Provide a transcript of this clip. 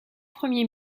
premier